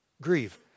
Grieve